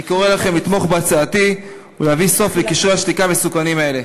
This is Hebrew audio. אני קורא לכם לתמוך בהצעתי ולהביא סוף לקשרי שתיקה מסוכנים אלה.